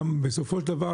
גם בסופו של דבר,